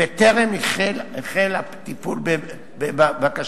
וטרם החל הטיפול בבקשתו,